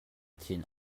thin